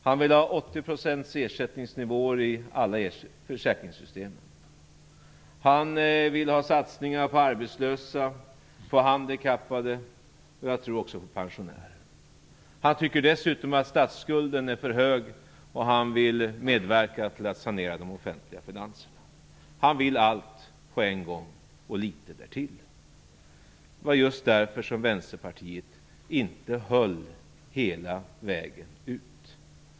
Han vill ha 80 procentiga ersättningsnivåer i alla försäkringssystem. Han vill ha satsningar på arbetslösa, på handikappade och nu också på pensionärer. Han tycker dessutom att statsskulden är för hög, och han vill medverka till att sanera de offentliga finanserna. Han vill allt på en gång och litet därtill. Det var just därför som Vänsterpartiet inte höll hela vägen.